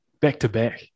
Back-to-back